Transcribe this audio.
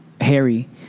Harry